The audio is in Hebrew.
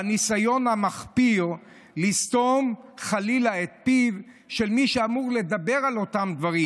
בניסיון המחפיר לסתום חלילה את פיו של מי שאמור לדבר על אותם דברים,